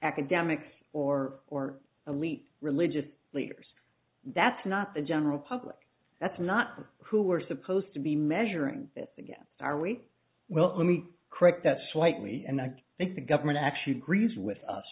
academics or or elite religious leaders that's not the general public that's not them who are supposed to be measuring this against our weight well let me correct that slightly and i think the government actually agrees with us